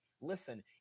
listen